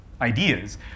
ideas